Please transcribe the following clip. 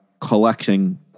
collecting